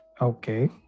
Okay